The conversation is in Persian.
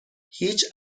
هیچ